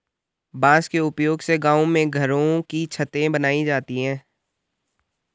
बांस के उपयोग से गांव में घरों की छतें बनाई जाती है